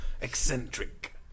eccentric